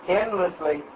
endlessly